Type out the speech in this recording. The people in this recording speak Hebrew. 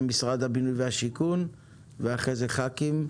משרד הבינוי והשיכון ואחרי כן את חברי הכנסת,